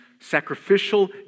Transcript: Sacrificial